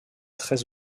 très